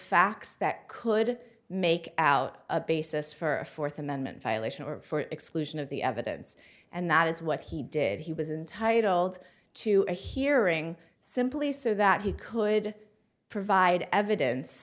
facts that could make out a basis for a fourth amendment violation or for exclusion of the evidence and that is what he did he was entitled to a hearing simply so that he could provide evidence